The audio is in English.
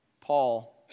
Paul